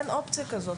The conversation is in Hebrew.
אין אופציה כזאת.